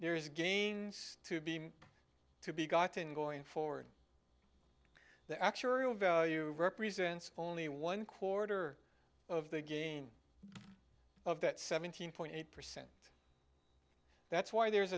there is gains to be made to be gotten going forward the actuarial value represents only one quarter of the gain of that seventeen point eight percent that's why there's